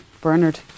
Bernard